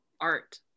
art